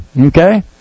Okay